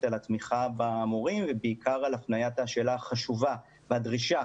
על התמיכה במורים ובעיקר על הפניית השאלה החשובה והדרישה